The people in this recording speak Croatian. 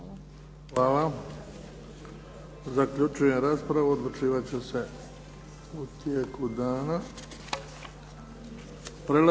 Hvala. Zaključujem raspravu. Odlučivat će se u tijeku dana.